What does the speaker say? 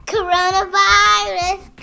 Coronavirus